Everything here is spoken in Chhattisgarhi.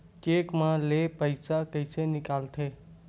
चेक म ले पईसा कइसे निकलथे?